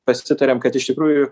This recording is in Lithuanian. pasitariam kad iš tikrųjų